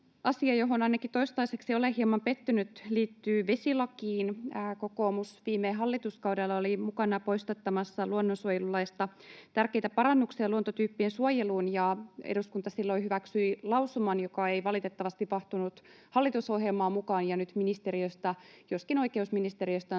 asia, johon ainakin toistaiseksi olen hieman pettynyt, liittyy vesilakiin. Kokoomus viime hallituskaudella oli mukana poistattamassa luonnonsuojelulaista tärkeitä parannuksia luontotyyppien suojeluun, ja eduskunta silloin hyväksyi lausuman, joka ei valitettavasti mahtunut hallitusohjelmaan mukaan, ja nyt ministeriöstä, joskin oikeusministeriöstä,